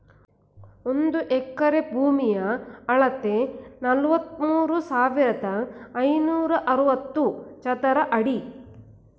ಒಂದು ಎಕರೆ ಭೂಮಿಯ ಅಳತೆ ನಲವತ್ಮೂರು ಸಾವಿರದ ಐನೂರ ಅರವತ್ತು ಚದರ ಅಡಿ